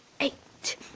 eight